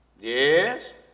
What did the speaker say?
Yes